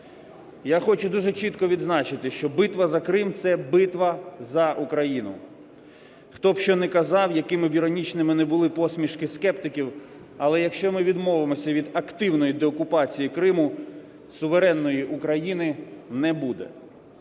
Я хочу дуже чітко відзначити, що битва за Крим – це битва за Україну. Хто б що не казав, якими б іронічними не були посмішки скептиків, але, якщо ми відмовимося від активної деокупації Криму, суверенної України не буде,